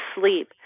sleep